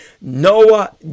Noah